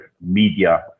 media